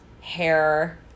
hair